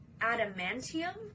adamantium